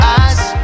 eyes